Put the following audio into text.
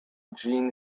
jean